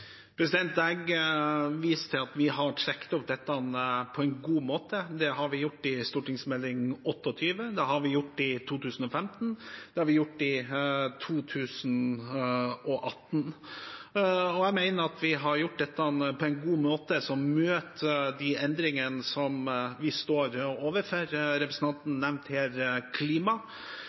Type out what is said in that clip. Jeg viste til at vi har trukket opp dette på en god måte. Det har vi gjort i Meld. St. 28 for 2010–2011, det har vi gjort i 2015, det har vi gjort i 2018. Jeg mener vi har gjort dette på en god måte som møter de endringene vi står overfor. Representanten nevnte klima,